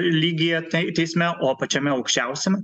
lygyje tai teisme o pačiame aukščiausiame